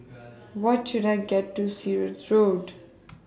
What should I get to Sirat Road